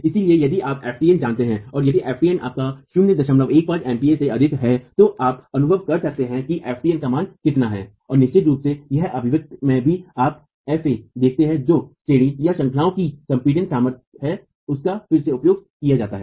इसलिए यदि आप ftn जानते हैं और यदि ftn 015 MPa से अधिक है तो आप अनुभव कर सकते हैं कि ftp का मान कितना है और निश्चित रूप से उस अभिव्यक्ति में भी आप fa देखते हैं जो श्रेणीश्रंखला की संपीड़ित सामर्थ्य है उसका फिर से उपयोग किया जाता है